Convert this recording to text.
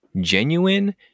genuine